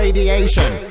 Radiation